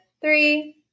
three